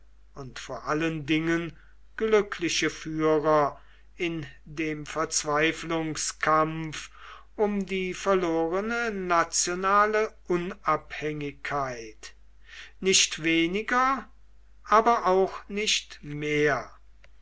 und vor allen dingen glückliche führer in dem verzweiflungskampf um die verlorene nationale unabhängigkeit nicht weniger aber auch nicht mehr